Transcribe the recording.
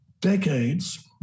decades